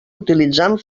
utilitzant